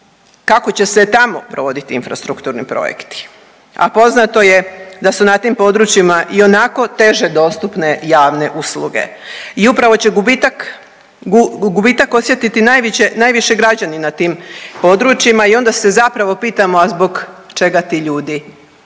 Kako će se tamo provoditi infrastrukturni projekti? A poznato je da su na tim područjima ionako teže dostupne javne usluge i upravo će gubitak, gubitak osjetiti najviše građani na tim područjima i onda se zapravo pitamo, a zbog čega ti ljudi odlaze